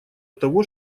того